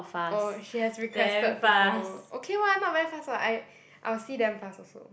oh she has requested to follow okay [what] not very fast [what] I I will see damn fast also